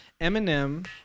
Eminem